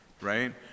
right